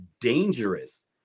dangerous